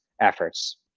efforts